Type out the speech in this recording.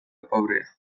pobrea